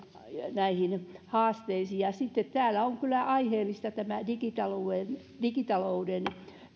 näihin haasteisiin sitten täällä on kyllä aiheellista tämä digitalouden digitalouden